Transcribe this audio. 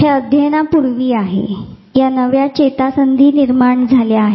तर हे अध्ययनापूर्वी आहे या नव्या चेतासंधी निर्माण झाल्या आहेत